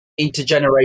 intergenerational